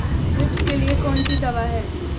Thrips के लिए कौन सी दवा है?